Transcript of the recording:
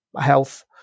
health